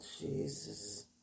Jesus